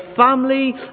family